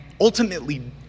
ultimately